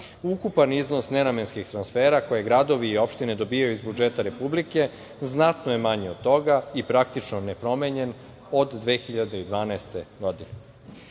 ukupan iznos nenamenskih transfera koje gradovi i opštine dobijaju iz budžeta Republike znatno je manji od toga i praktično nepromenjen od 2012. godine. Već